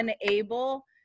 unable